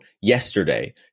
yesterday